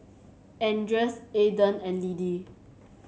Andreas Aiden and Liddie